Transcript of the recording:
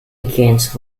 against